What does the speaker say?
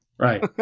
Right